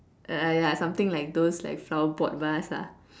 uh ya something like those like flower pot vase lah